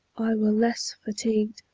i were less fatigued,